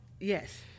Yes